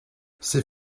c’est